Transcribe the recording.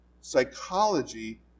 psychology